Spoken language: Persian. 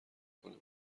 کنه